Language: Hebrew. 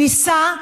ניסה,